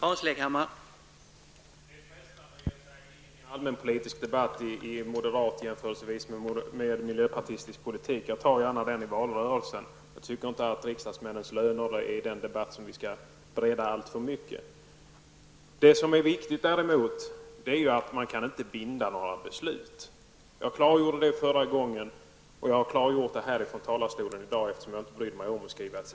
Herr talman! Här har vi ett betänkande som går ut till allmänheten. Där står det att vi ledamöter automatiskt kommer att få en löneförhöjning. Vi vet att ute bland svenska folket sjunker förtroendet för miljöpartiet. Kan man nu inte ens lita på att det miljöpartiet skriver under i betänkandena är korrekt? Gällde detta endast den dag ni justerade protokollet?